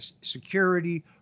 security